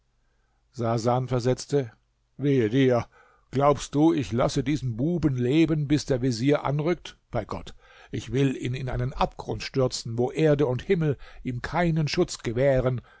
sasan versetzte wehe dir glaubst du ich lasse diesen buben leben bis der vezier anrückt bei gott ich will ihn in einen abgrund stürzen wo erde und himmel ihm keinen schutz gewähren